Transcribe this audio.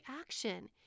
action